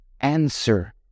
answer